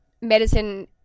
medicine